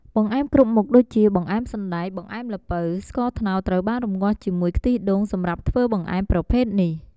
បង្អែមគ្រប់មុខដូចជា បង្អែមសណ្តែក បង្អែមល្ពៅ ស្ករត្នោតត្រូវបានរំងាស់ជាមួយខ្ទិះដូង សម្រាប់ធ្វើបង្អែមប្រភេទនេះ។